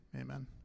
Amen